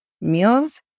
meals